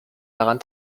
daran